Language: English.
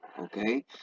okay